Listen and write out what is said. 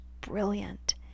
brilliant